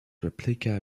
replica